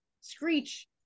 screech